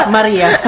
Maria